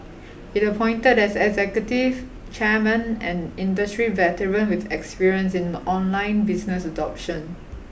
it appointed as executive chairman an industry veteran with experience in online business adoption